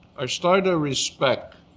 are starting to respect